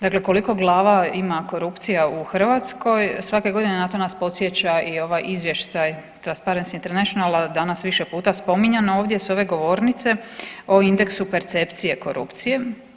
Dakle koliko glava ima korupcija u Hrvatskoj, svake godine na to nas podsjeća i ovaj izvještaj Transparency International-a danas više puta spominjan ovdje s ove govornice o indeksu percepcije korupcije.